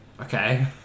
Okay